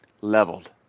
Leveled